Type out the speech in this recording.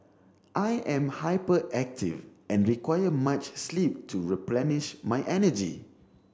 I am hyperactive and require much sleep to replenish my energy